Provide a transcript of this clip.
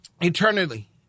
eternally